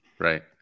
Right